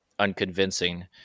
unconvincing